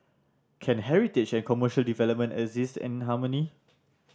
can heritage and commercial development exist in harmony